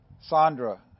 Sandra